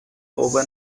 oven